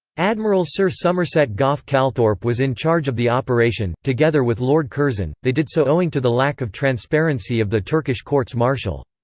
admiral sir somerset gough-calthorpe was in charge of the operation, together with lord curzon they did so owing to the lack of transparency of the turkish courts-martial.